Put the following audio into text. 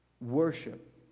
worship